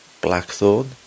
Blackthorn